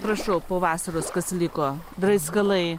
prašau po vasaros kas liko draiskalai